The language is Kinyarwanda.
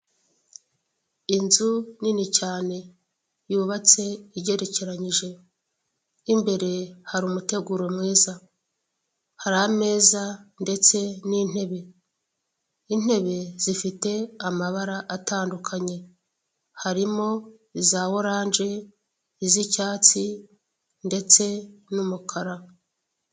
Inzu nini cyane yubatse igerekeranyije, imbere hari umuteguro mwiza, hari ameza ndetse n'intebe,. Intebe zifite amabara atandukanye, harimo iza oranje, iz'icyatsi ndetse n'umukara.